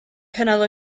cynnal